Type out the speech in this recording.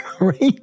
Right